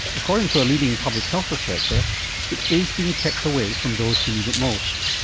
according to a leading public health researcher it is being kept away from those who need it most.